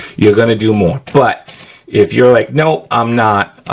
you're gonna do more. but if you're like, nope, i'm not.